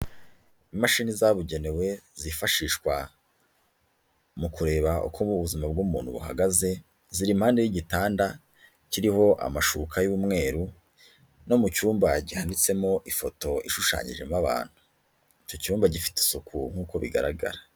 Imashini zabugenewe zifashishwa mu kureba uko ubuzima bw'umuntu buhagaze, ziri impande y'igitanda kiriho amashuka y'umweru no mu cyumba gihanitsemo ifoto ishushanyijemo abantu. Icyo cyumba gifite isuku nkuko bigaragara.